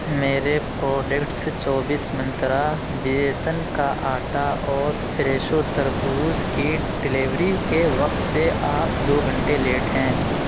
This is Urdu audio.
میرے پروڈکٹس چوبیس منترا بیسن کا آٹا اور فریشو تربوز کی ڈیلیوری کے وقت سے آپ دو گھنٹے لیٹ ہیں